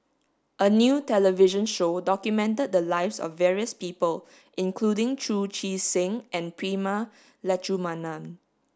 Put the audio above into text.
a new television show documented the lives of various people including Chu Chee Seng and Prema Letchumanan